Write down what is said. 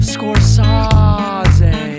Scorsese